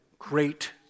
great